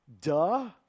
Duh